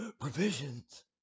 provisions